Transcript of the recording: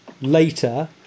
later